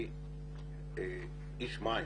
אני איש מים.